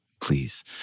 Please